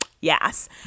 yes